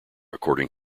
according